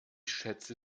schätze